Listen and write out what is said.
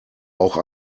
auch